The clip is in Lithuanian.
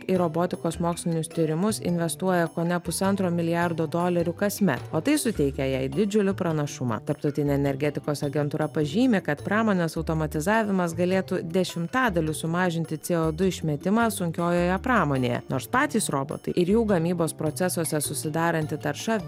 į robotikos mokslinius tyrimus investuoja kone pusantro milijardo dolerių kasmet o tai suteikia jai didžiulį pranašumą tarptautinė energetikos agentūra pažymi kad pramonės automatizavimas galėtų dešimtadaliu sumažinti co du išmetimą sunkiojoje pramonėje nors patys robotai ir jų gamybos procesuose susidaranti tarša